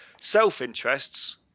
self-interests